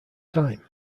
time